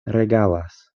regalas